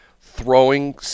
throwing